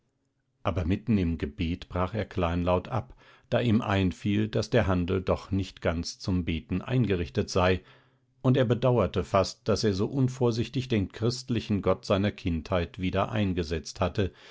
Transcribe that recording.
aber mitten im gebet brach er kleinlaut ab da ihm einfiel daß der handel doch nicht ganz zum beten eingerichtet sei und er bedauerte fast daß er so unvorsichtig den christlichen gott seiner kindheit wieder eingesetzt hatte